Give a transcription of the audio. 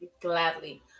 gladly